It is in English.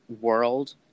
world